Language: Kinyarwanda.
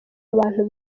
abantu